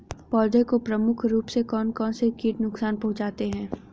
पौधों को प्रमुख रूप से कौन कौन से कीट नुकसान पहुंचाते हैं?